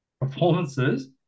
performances